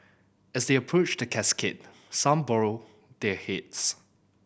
as they approached the casket some borrow their heads